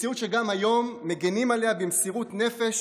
מציאות שגם היום מגינים עליה במסירות נפש